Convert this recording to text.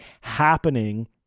happening